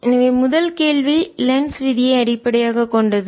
எனவே முதல் கேள்வி லென்ஸ் விதியை அடிப்படையாக கொண்டது